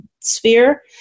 sphere